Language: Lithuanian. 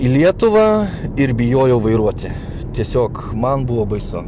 į lietuvą ir bijojau vairuoti tiesiog man buvo baisu